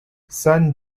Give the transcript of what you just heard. son